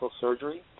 surgery